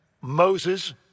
Moses